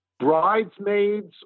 Bridesmaids